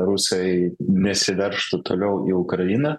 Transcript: rusai nesiveržtų toliau į ukrainą